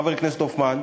חבר הכנסת הופמן,